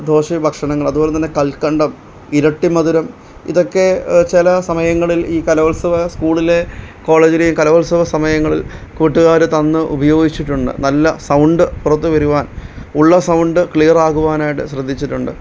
ദോശ ഭക്ഷണങ്ങൾ അത് പോലെ തന്നെ കല്ക്കണ്ടം ഇരട്ടി മധുരം ഇതൊക്കെ ചില സമയങ്ങളില് ഈ കലോത്സവ സ്കൂളിലെ കോളേജിലെയും കലോത്സവ സമയങ്ങളില് കൂട്ടുകാർ തന്ന് ഉപയോഗിച്ചിട്ടുണ്ട് നല്ല സൗണ്ട് പുറത്ത് വരുവാന് ഉള്ള സൗണ്ട് ക്ലിയര് ആകുവാനായിട്ട് ശ്രദ്ധിച്ചിട്ടുണ്ട്